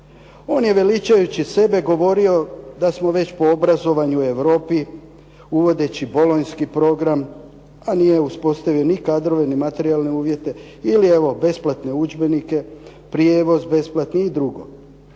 On je veličajući sebe govorio da smo već poobrazovani u Europi uvodeći bolonjski program, a nije uspostavio ni kadrove ni materijalne uvjete, ili ovo besplatne udžbenike, prijevoz besplatni i drugo.